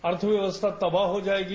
अर्थव्यवस्था तबा हो जाएगी